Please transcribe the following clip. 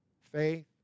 Faith